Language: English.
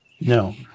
No